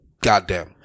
goddamn